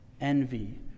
envy